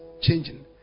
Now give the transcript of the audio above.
changing